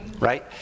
Right